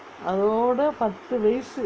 அதோட பத்து வயசு:athoda pathu vayasu